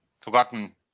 forgotten